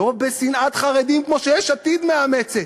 לא בשנאת חרדים, כמו שיש עתיד מאמצת.